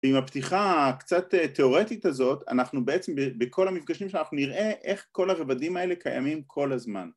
‫ועם הפתיחה ה...קצת, אה, תאורטית הזאת, ‫אנחנו בעצם ב-בכל המפגשים שאנחנו נראה, ‫איך כל הרבדים האלה קיימים כל הזמן.